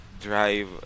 drive